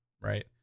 right